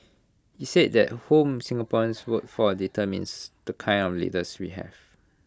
he said that whom Singaporeans vote for determines the kind of leaders we have